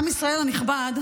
עם ישראל הנכבד,